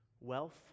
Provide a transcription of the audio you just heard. wealth